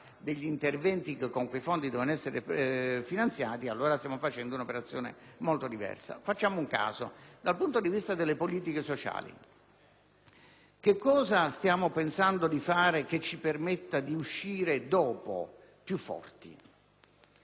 degli interventi che con quei fondi devono essere finanziati, allora stiamo facendo un'operazione molto diversa. Ad esempio, dal punto di vista delle politiche sociali che cosa stiamo pensando di fare che ci permetta dopo di uscirne più forti?